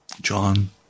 John